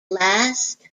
last